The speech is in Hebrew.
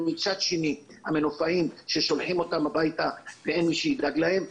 ומצד שני שולחים את המנופאים הביתה ואין מי שידאג להם.